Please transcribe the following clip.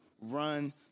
run